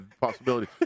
possibility